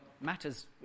matters